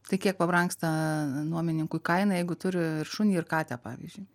tai kiek pabrangsta nuomininkui kaina jeigu turi ir šunį ir katę pavyzdžiui